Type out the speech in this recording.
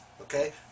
Okay